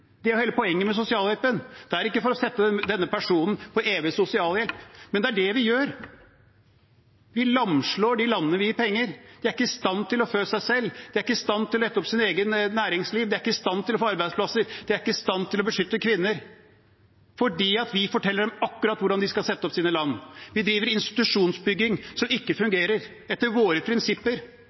Det er hele poenget med sosialhjelpen. Det er ikke for å sette denne personen på evig sosialhjelp. Men det er det vi gjør: Vi lamslår de landene vi gir penger. De er ikke i stand til å fø seg selv, de er ikke i stand til å sette opp sitt eget næringsliv, de er ikke i stand til å få arbeidsplasser, de er ikke i stand til å beskytte kvinner – fordi vi forteller dem akkurat hvordan de skal sette opp sine land. Vi driver institusjonsbygging som ikke fungerer, etter våre prinsipper.